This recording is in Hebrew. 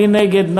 מי נגד?